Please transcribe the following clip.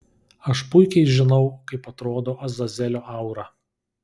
aš puikiai žinau kaip atrodo azazelio aura